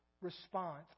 response